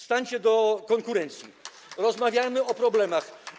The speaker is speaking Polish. Stańcie do konkurencji, rozmawiajmy o problemach.